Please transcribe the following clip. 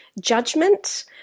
judgment